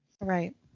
Right